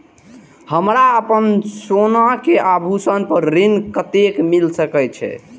हमरा अपन सोना के आभूषण पर ऋण कते मिल सके छे?